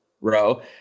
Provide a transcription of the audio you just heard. row